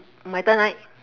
my turn right